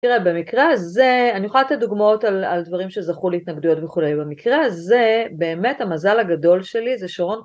תראה, במקרה הזה, אני יכולה לתת דוגמאות על דברים שזכו להתנגדויות וכולי, במקרה הזה, באמת, המזל הגדול שלי זה שרון...